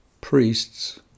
priests